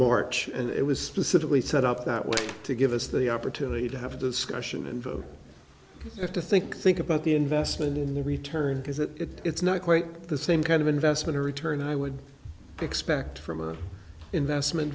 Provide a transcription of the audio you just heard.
march and it was specifically set up that way to give us the opportunity to have a discussion and have to think think about the investment in the return because that it's not quite the same kind of investment return i would expect from an investment